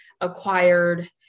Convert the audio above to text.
acquired